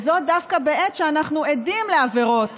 דווקא בעת שאנחנו עדים לעבירות